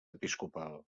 episcopal